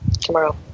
tomorrow